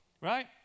Right